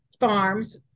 farms